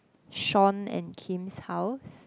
Shaun and Kim's house